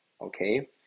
okay